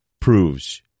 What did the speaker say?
proves